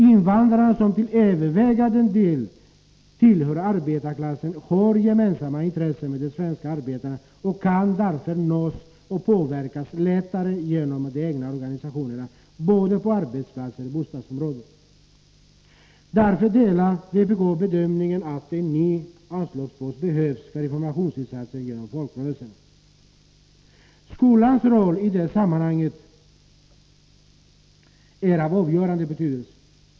Invandrarna, som till övervägande delen tillhör arbetarklas 20 oktober 1983 sen, har gemensamma intressen med de svenska arbetarna och kan därför nås och påverkas lättare genom de egna organisationerna både på arbetsplatser Allmänpolitisk deoch i bostadsområden. Därför delar vpk bedömningen att en ny anslagspost butt behövs för informationsinsatser genom folkrörelserna. Skolans roll i det sammanhanget är av avgörande betydelse.